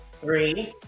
three